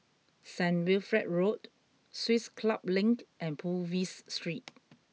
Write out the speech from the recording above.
Saint Wilfred Road Swiss Club Link and Purvis Street